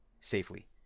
safely